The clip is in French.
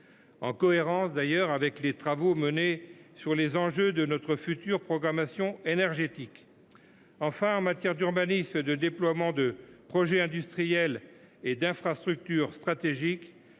en cohérence avec les travaux menés sur les enjeux de notre future programmation énergétique. Enfin, en matière d’urbanisme et de déploiement de projets industriels et d’infrastructures stratégiques,